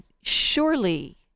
surely